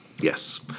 Yes